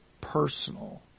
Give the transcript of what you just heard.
personal